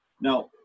now